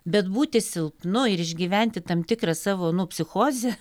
bet būti silpnu ir išgyventi tam tikrą savo nu psichozę